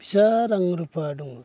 बिस्रा रां रुफा दङ